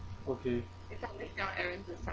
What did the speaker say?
okay